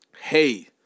hey